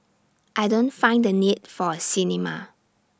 I don't find the need for A cinema